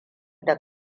da